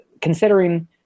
considering